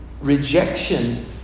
rejection